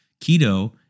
Keto